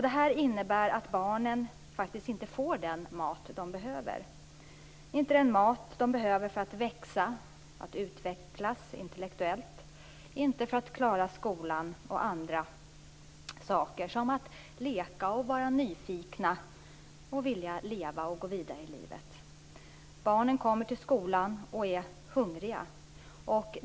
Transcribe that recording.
Det här innebär att barnen faktiskt inte får den mat de behöver för att växa och utvecklas intellektuellt, för att klara skolan och andra saker, som att leka, vara nyfikna, vilja leva och gå vidare i livet. Barnen kommer till skolan och är hungriga.